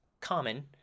common